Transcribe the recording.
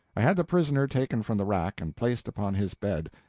i had the prisoner taken from the rack and placed upon his bed,